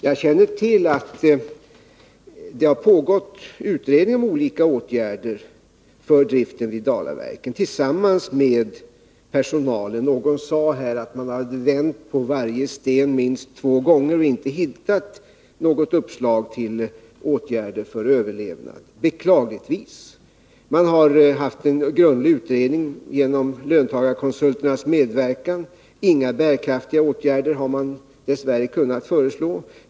Jag känner till att det har förekommit utredningar, i vilka företrädare för personalen deltagit, om olika åtgärder för driften vid Dalaverken. Någon har sagt att man vänt på varje sten minst två gånger och inte hittat något uppslag till åtgärder för överlevnad — beklagligtvis. Man har gjort en grundlig utredning genom löntagarkonsulternas medverkan. Man har dess värre inte kunnat föreslå några bärkraftiga åtgärder.